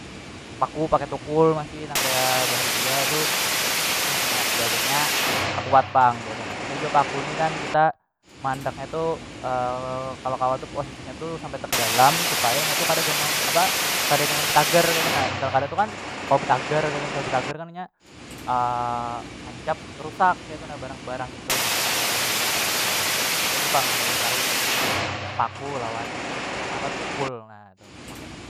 Paku pakai tukul masih nang kaya bahari jua tu masih banyak jua biasanya takuat pang ketu na biasa nya paku ni kan kita maandak nya tu kalo kawa tu posisi nya tu sampai takadalam supaya nya tu kada gampang apa kada nyaman betagar ketu na misal kada tu kan kawa betagar ketu misal betagar kan inya hancap rusak ketu na barang- barang itu misalnya paku nya sudah betagar ngketu pang nang ulun tahu dari paku lawan apa tukul na tuh memakai nya nang ket.